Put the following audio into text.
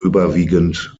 überwiegend